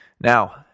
Now